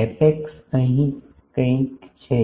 apex અહીં કંઈક છે